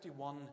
51